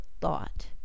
thought